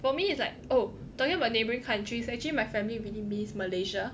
for me is like oh talking about neighboring countries actually my family really miss Malaysia